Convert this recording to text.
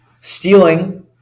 stealing